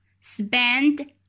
Spend